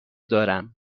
دارم